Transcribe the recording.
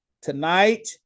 tonight